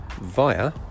via